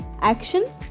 action